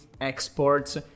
exports